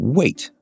wait